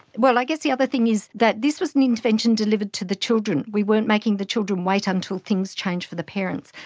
well, i guess the other thing is that this was an intervention delivered to the children. we weren't making the children wait until things changed for the parents,